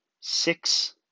Six